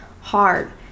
hard